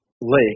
Lake